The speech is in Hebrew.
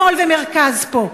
שמאל ומרכז פה,